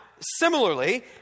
similarly